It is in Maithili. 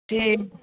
ठीक